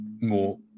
more